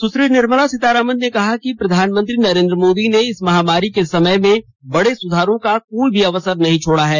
सुश्री निर्मला सीतारामन ने कहा कि प्रधानमंत्री नरेन्द्र मोदी ने इस महामारी के समय में बड़े सुधारों का कोई भी अवसर नहीं छोड़ा है